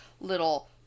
little